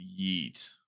yeet